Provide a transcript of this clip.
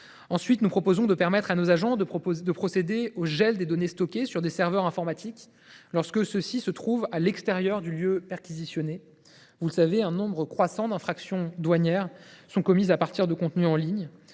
ailleurs, nous proposons de permettre à nos agents de procéder au gel des données stockées sur des serveurs informatiques, lorsque ceux ci se trouvent à l’extérieur du lieu perquisitionné. Vous le savez, un nombre croissant d’infractions douanières sont commises à partir de contenus en ligne.